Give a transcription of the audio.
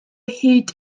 hyd